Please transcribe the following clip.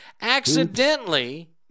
accidentally